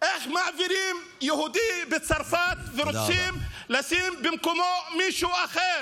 איך מעבירים יהודי בצרפת ורצים לשים במקומו מישהו אחר?